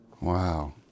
Wow